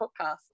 podcast